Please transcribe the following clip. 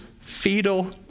fetal